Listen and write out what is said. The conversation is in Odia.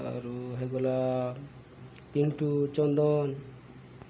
ଆରୁ ହେଇଗଲା ପିଣ୍ଟୁ ଚନ୍ଦନ